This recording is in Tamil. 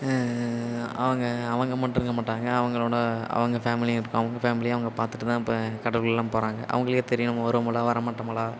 அவங்க அவங்க மட்டும் இருக்க மாட்டாங்க அவங்களோட அவங்க ஃபேமிலி அவங்க ஃபேமிலியை அவங்க பார்த்துட்டு தான் இப்போ கடல்குள்ளேலாம் போகறாங்க அவங்களுக்கே தெரியும் நம்ம வருவோமுல வரமாட்டமுல